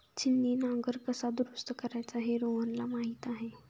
छिन्नी नांगर कसा दुरुस्त करायचा हे रोहनला माहीत आहे